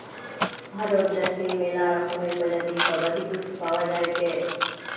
ভারত দ্যাশে ম্যালা রকমের প্রজাতির গবাদি পশু পাওয়া যায়টে